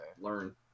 learn